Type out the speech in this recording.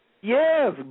Yes